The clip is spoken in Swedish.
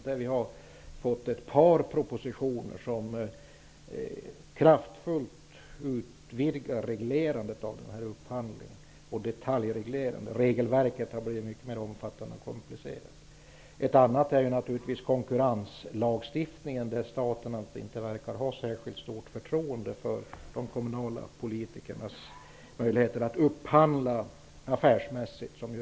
Där har vi fått ett par propositioner som utvidgar reglerandet av upphandlingen kraftigt och ger en detaljreglering. Regelverket har blivit mycket mer omfattande och komplicerat. En annan sak är konkurrenslagstiftningen, där staten inte verkar ha särskilt stort förtroende för de kommunala politikernas möjligheter att upphandla affärsmässigt.